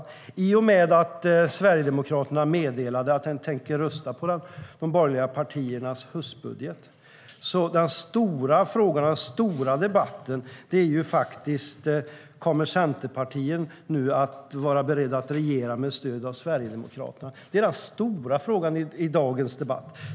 I och med att Sverigedemokraterna meddelade att de tänker rösta på de borgerliga partiernas höstbudget gäller den stora frågan och den stora debatten faktiskt om Centerpartiet nu kommer att vara berett att regera med stöd av Sverigedemokraterna. Det är den stora frågan i dagens debatt.